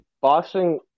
boxing